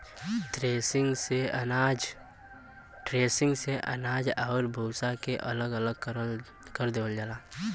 threshing से अनाज आउर भूसा के अलग अलग कर देवल जाला